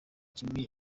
kimwe